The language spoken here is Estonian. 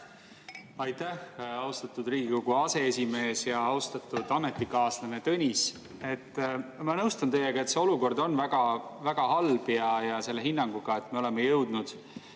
Aitäh, austatud Riigikogu aseesimees! Austatud ametikaaslane Tõnis! Ma nõustun teiega, et see olukord on väga halb, ja selle hinnanguga, et me oleme jõudnud